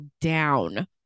down